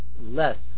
less